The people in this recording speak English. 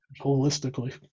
holistically